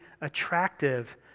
attractive